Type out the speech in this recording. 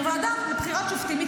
הוועדה לבחירת שופטים,